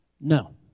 no